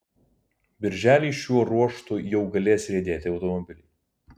birželį šiuo ruožu jau galės riedėti automobiliai